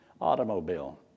automobile